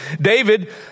David